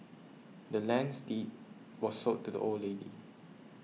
the land's deed was sold to the old lady